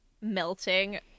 melting